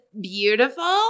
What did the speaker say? beautiful